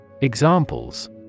Examples